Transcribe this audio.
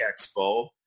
expo